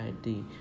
ID